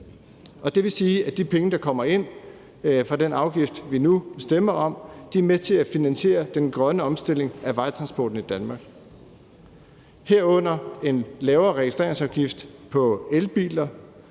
det vil sige, at de penge, der kommer ind fra den afgift, vi nu stemmer om, er med til at finansiere den grønne omstilling af vejtransporten i Danmark, herunder en lavere registreringsafgift på elbiler,